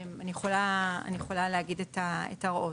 אני יכולה להגיד אותן.